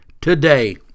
today